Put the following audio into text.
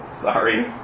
Sorry